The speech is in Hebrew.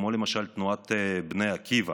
למשל תנועת בני עקיבא,